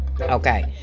Okay